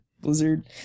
Blizzard